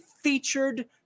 featured